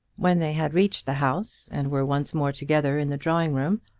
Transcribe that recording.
when they had reached the house, and were once more together in the drawing-room,